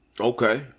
Okay